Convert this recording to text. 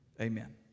amen